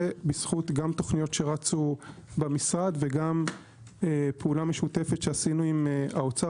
זה בזכות גם תוכניות שרצו במשרד וגם פעולה משותפת שעשינו עם האוצר,